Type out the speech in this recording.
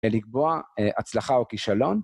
ולקבוע הצלחה או כישלון.